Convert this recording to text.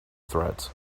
threads